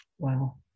wow